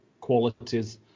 qualities